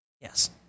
Yes